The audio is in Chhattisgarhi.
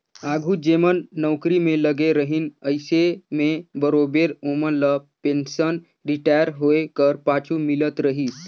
आघु जेमन नउकरी में लगे रहिन अइसे में बरोबेर ओमन ल पेंसन रिटायर होए कर पाछू मिलत रहिस